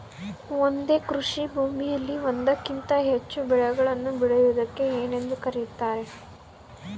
ಒಂದೇ ಕೃಷಿಭೂಮಿಯಲ್ಲಿ ಒಂದಕ್ಕಿಂತ ಹೆಚ್ಚು ಬೆಳೆಗಳನ್ನು ಬೆಳೆಯುವುದಕ್ಕೆ ಏನೆಂದು ಕರೆಯುತ್ತಾರೆ?